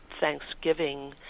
Thanksgiving